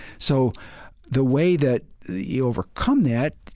so the way that you overcome that,